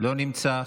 לא נמצא.